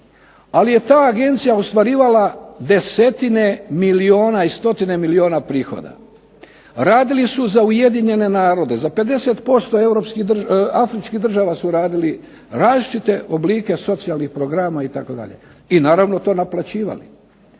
ali je ta agencija ostvarivala desetine milijuna i stotine milijuna prihoda. Radili su za UN, za 50% afričkih država su radili različite oblike socijalnih programa itd., i naravno to naplaćivali.